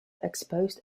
exposed